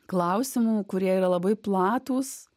klausimų kurie yra labai platūs